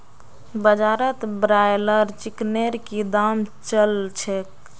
बाजारत ब्रायलर चिकनेर की दाम च ल छेक